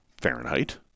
Fahrenheit